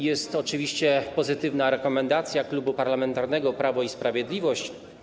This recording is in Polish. Jest oczywiście pozytywna rekomendacja Klubu Parlamentarnego Prawo i Sprawiedliwość.